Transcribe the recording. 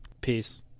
Peace